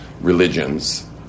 religions